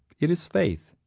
it is faith.